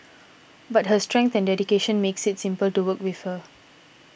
but her strength and dedication makes it simple to work with her